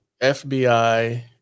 FBI